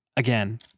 again